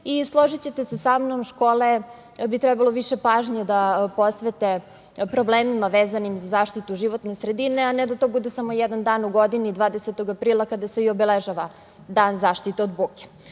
Složićete se sa mnom, škole bi trebalo više pažnje da posvete problemima vezanim za zaštitu životne sredine, a ne da to bude samo jedan dan u godini, 20. aprila kada se obeležava Dan zaštite od buke.